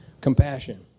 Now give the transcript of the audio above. compassion